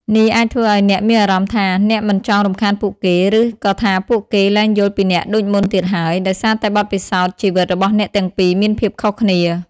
នេះអាចធ្វើឲ្យអ្នកមានអារម្មណ៍ថា អ្នកមិនចង់រំខានពួកគេ ឬក៏ថាពួកគេលែងយល់ពីអ្នកដូចមុនទៀតហើយ ដោយសារតែបទពិសោធន៍ជីវិតរបស់អ្នកទាំងពីរមានភាពខុសគ្នា។